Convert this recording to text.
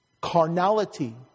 Carnality